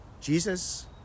Jesus